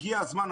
הגיע הזמן...